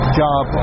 job